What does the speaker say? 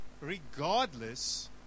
regardless